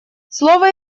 слово